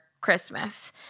Christmas